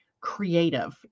creative